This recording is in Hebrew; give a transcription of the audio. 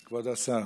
כבוד השר.